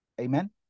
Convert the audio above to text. Amen